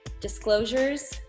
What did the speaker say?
disclosures